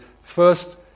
first